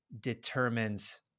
determines